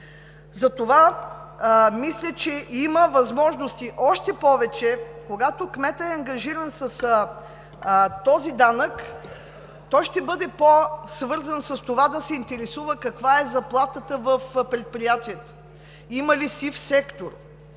Затова мисля, че има възможности. Още повече, когато кметът е ангажиран с този данък, той ще бъде по-свързан с това да се интересува каква е заплатата в предприятията, има ли сив сектор,